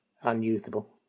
unusable